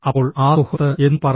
അപ്പോൾ ആ സുഹൃത്ത് എന്തു പറയും